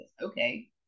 Okay